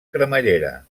cremallera